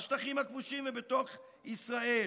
בשטחים הכבושים ובתוך ישראל.